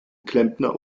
klempner